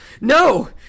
no